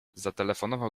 zatelefonował